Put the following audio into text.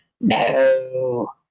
no